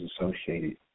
associated